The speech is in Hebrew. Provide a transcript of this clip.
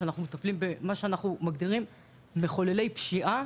מה שאנחנו מגדירים כמחוללי פשיעה